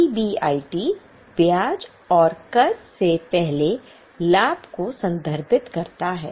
PBIT ब्याज और कर से पहले लाभ को संदर्भित करता है